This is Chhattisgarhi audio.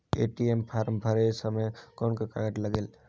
ए.टी.एम फारम भरे समय कौन का लगेल?